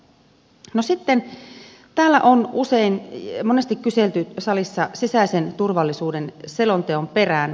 no sitten täällä salissa on monesti kyselty sisäisen turvallisuuden selonteon perään